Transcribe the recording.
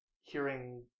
hearing